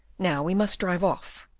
now we must drive off.